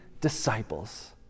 disciples